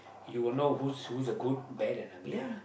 you will know who's who's a good bad and ugly lah